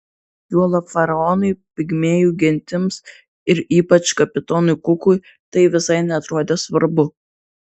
juolab faraonui pigmėjų gentims ir ypač kapitonui kukui tai visai neatrodė svarbu